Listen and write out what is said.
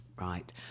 Right